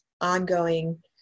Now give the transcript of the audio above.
ongoing